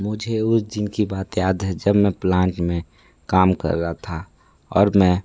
मुझे उस दिन की बात याद है जब मैं प्लांट में काम कर रहा था और मैं